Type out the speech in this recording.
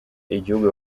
igihugu